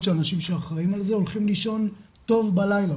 שהאנשים שאחראים על זה הולכים לישון טוב בלילה,